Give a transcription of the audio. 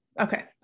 Okay